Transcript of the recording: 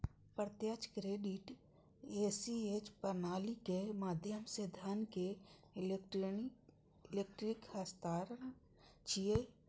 प्रत्यक्ष credit ACH प्रणालीक माध्यम सं धन के इलेक्ट्रिक हस्तांतरण छियै